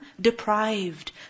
deprived